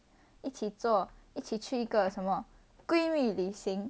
一起做一起去一个什么闺蜜旅行